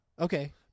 okay